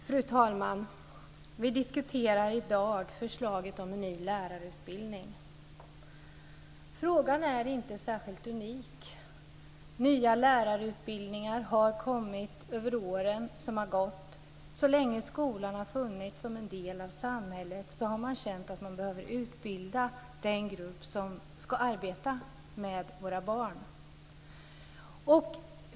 Fru talman! Vi diskuterar i dag förslaget om en ny lärarutbildning. Frågan är inte särskilt unik. Nya lärarutbildningar har kommit under åren. Så länge skolan har funnits som en del av samhället har man känt att man behöver utbilda den grupp som ska arbeta med våra barn.